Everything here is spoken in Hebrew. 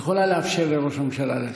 יכולה לאפשר לראש הממשלה להצביע.